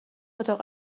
اتاق